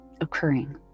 occurring